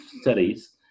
studies